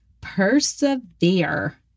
persevere